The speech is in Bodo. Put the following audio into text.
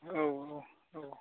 औ औ औ